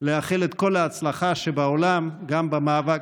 לאחל את כל ההצלחה שבעולם גם במאבק,